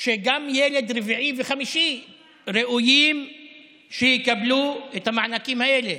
שגם ילד רביעי וחמישי ראויים שיקבלו את המענקים האלה,